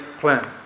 plan